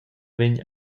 vegn